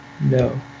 No